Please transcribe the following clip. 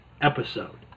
episode